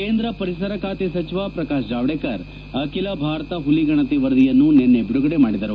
ಕೇಂದ್ರ ಪರಿಸರ ಖಾತೆ ಸಚಿವ ಪ್ರಕಾಶ್ ಜಾವಡೇಕರ್ ಅಖಿಲ ಭಾರತ ಹುಲಿ ಗಣತಿ ವರದಿಯನ್ನು ನಿನ್ನೆ ಬಿಡುಗಡೆ ಮಾಡಿದರು